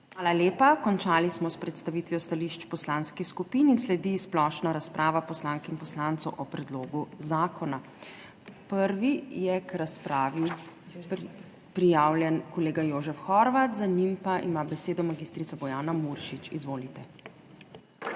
Hvala lepa. Končali smo s predstavitvijo stališč poslanskih skupin in sledi splošna razprava poslank in poslancev o predlogu zakona. Prvi je k razpravi prijavljen kolega Jožef Horvat, za njim pa ima besedo magistrica Bojana Muršič. Izvolite.